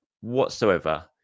whatsoever